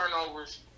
turnovers